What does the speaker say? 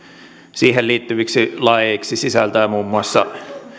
siihen liittyviksi laeiksi sisältää muun muassa